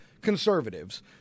conservatives